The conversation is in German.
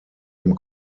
dem